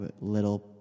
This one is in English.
little